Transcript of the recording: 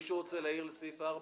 מישהו רוצה להעיר לסעיף 4?